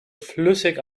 flüssig